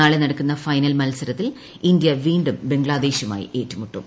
നാളെ നടക്കുന്ന ഫൈനൽ മത്സരത്തിൽ ഇന്ത്യ വീണ്ടും ബംഗ്ലാദേശുമായി ഏറ്റുമുട്ടും